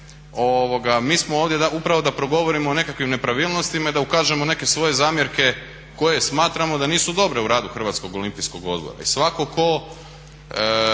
Mi smo ovdje upravo da progovorimo o nekakvim nepravilnostima i da ukažemo na neke svoje zamjerke koje smatramo da nisu dobre u radu HOO-a i svatko tko